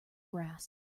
grass